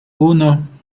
uno